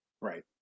Right